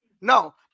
No